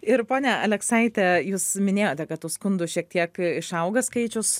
ir ponia aleksaite jūs minėjote kad tų skundų šiek tiek išauga skaičius